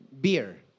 beer